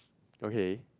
okay